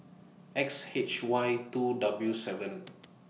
X H Y two W seven